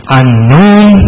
unknown